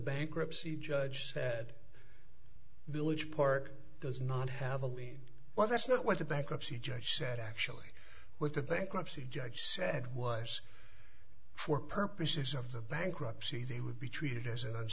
bankruptcy judge said village park does not have a lien well that's not what the bankruptcy judge said actually with a bankruptcy judge said was for purposes of the bankruptcy they would be treated as an